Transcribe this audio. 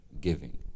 Giving